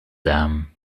dam